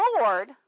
Lord